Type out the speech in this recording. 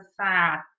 sad